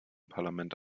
parlament